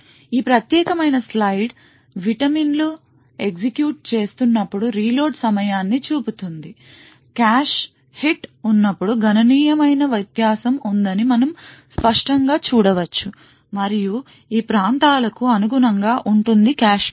ఈ ప్రత్యేకమైన slide vitamin లు ఎగ్జిక్యూట్ చేస్తున్నప్పుడు రీలోడ్ సమయాన్ని చూపుతుంది కాష్ హిట్ ఉన్నప్పుడు గణనీయమైన వ్యత్యాసం ఉందని మనం స్పష్టంగా చూడవచ్చు మరియు ఈ ప్రాంతాలకు అనుగుణంగా ఉంటుంది కాష్ మిస్